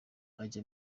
ajya